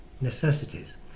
necessities